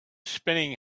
spinning